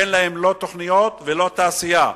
אין להם לא תוכניות ולא תעשייה,